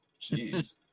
Jeez